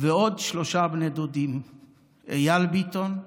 ועוד שלושה בני דודים, אייל ביטון,